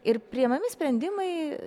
ir priimami sprendimai